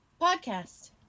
Podcast